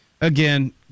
again